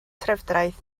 trefdraeth